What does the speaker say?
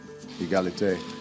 égalité